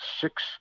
six